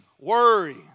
worry